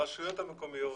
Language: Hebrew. הרשויות המקומיות